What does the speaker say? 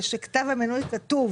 ושבכתב המינוי כתוב